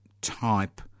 type